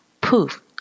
Poof